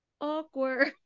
awkward